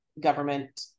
government